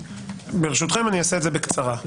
ברשותכם אעשה את זה בקצרה.